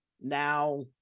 now